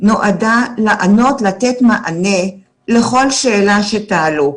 נועדה לתת מענה לכל שאלה שתעלו.